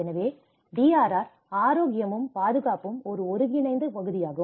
எனவே DRR ஆரோக்கியமும் பாதுகாப்பும் ஒரு ஒருங்கிணைந்த பகுதியாகும்